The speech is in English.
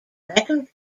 record